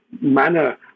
manner